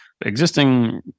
existing